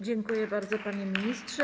Dziękuję bardzo, panie ministrze.